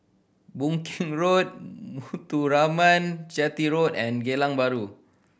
Boon Keng Road Muthuraman Chetty Road and Geylang Bahru